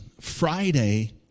Friday